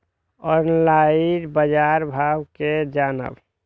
Online बाजार भाव केना जानब?